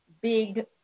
big